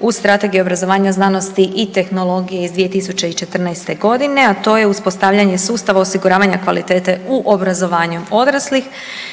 u strategiji obrazovanja, znanosti i tehnologije iz 2014.g., a to je uspostavljanje sustava osiguravanja kvalitete u obrazovanju odraslih,